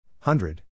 Hundred